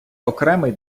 окремий